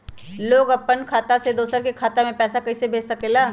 लोग अपन खाता से दोसर के खाता में पैसा कइसे भेज सकेला?